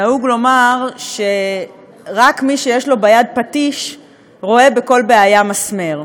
נהוג לומר שרק מי שיש לו ביד פטיש רואה בכל בעיה מסמר.